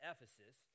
Ephesus